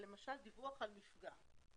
למשל דיווח על מפגע.